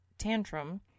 tantrum